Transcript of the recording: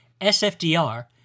SFDR